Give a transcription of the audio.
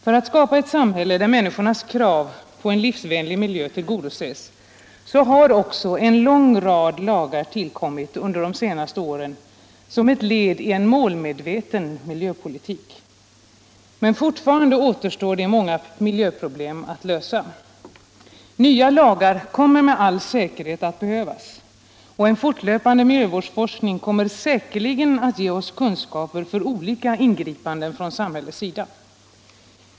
För att skapa ett samhälle där människornas krav på en livsvänlig miljö tillgodoses har man också stiftat en lång rad lagar under de senaste åren som ett led i en målmedveten miljöpolitik. Men fortfarande återstår många miljöproblem att lösa. Nya lagar kommer med all säkerhet att behövas, och en fortlöpande miljövårdsforskning kommer säkerligen att ge oss kunskaper för olika ingripanden från samhällets sida.